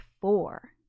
four